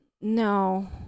no